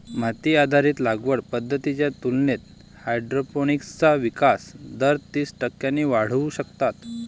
माती आधारित लागवड पद्धतींच्या तुलनेत हायड्रोपोनिक्सचा विकास दर तीस टक्क्यांपर्यंत वाढवू शकतात